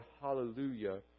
Hallelujah